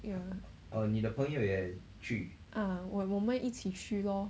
yeah 啊我我们一起去咯